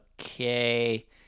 okay